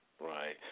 Right